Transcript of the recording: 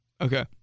Okay